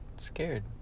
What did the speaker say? Scared